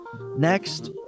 Next